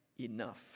enough